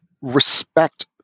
respect